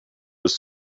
was